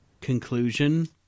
conclusion